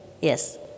Yes